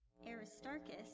Aristarchus